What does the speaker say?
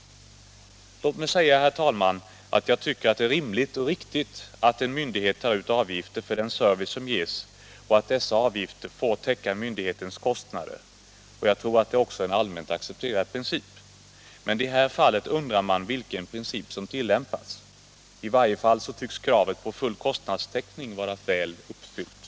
Låt mig, herr talman, säga att jag tycker att det är rimligt och riktigt att en myndighet tar ut avgifter för den service som ges och att dessa avgifter får täcka myndighetens kostnader. Jag tror också att detta är en allmänt accepterad princip. Men i det här fallet undrar man vilken Nr 89 princip som tillämpats. I varje fall tycks kravet på full kostnadstäckning Torsdagen den vara väl uppfyllt.